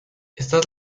estas